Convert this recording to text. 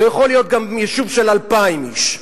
זה יכול להיות גם יישוב של 2,000 איש.